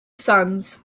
sons